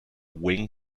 wing